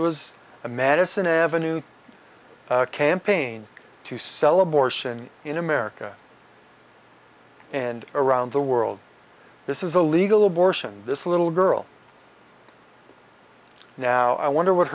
was a madison avenue campaign to sell abortion in america and around the world this is a legal abortion this little girl now i wonder what